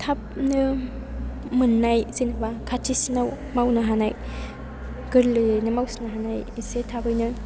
थाबनो मोननाय जेनेबा खाथिसिनाव मावनो हानाय गोरलैयैनो मावसिननो हानाय एसे थाबैनो